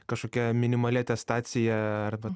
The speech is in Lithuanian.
kažkokia minimali atestacija arba